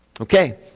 okay